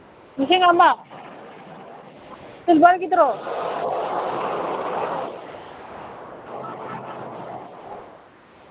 ꯂꯤꯁꯤꯡ ꯑꯃ ꯁꯤꯜꯚꯔꯒꯤꯗꯨꯔꯣ